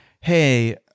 Hey